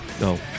No